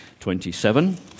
27